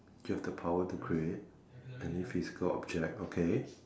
you have the power to create any physical object okay